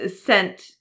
sent